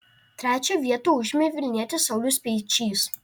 trečią vietą užėmė vilnietis saulius speičys